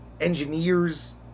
engineers